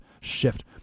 shift